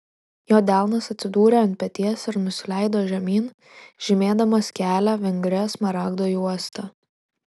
jo delnas atsidūrė ant peties ir nusileido žemyn žymėdamas kelią vingria smaragdo juosta